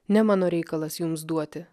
ne mano reikalas jums duoti